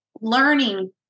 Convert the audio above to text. learning